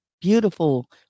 beautiful